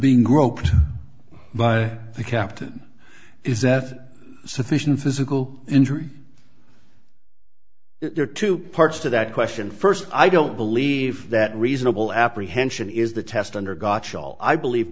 being groped by the captain is that sufficient physical injury there are two parts to that question first i don't believe that reasonable apprehension is the test under god i believe